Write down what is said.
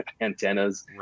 antennas